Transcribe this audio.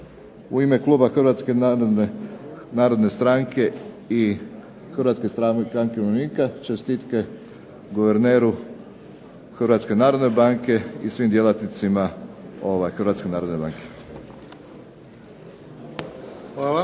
u ime kluba Hrvatske narodne stranke i Hrvatske stranke umirovljenika čestitke guverneru Hrvatske narodne banke i svim djelatnicima Hrvatske narodne banke.